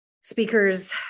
speakers